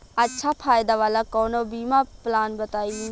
अच्छा फायदा वाला कवनो बीमा पलान बताईं?